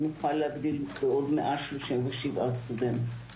נוכל להגדיל בעוד 137 סטודנטים.